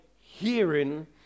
hearing